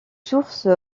source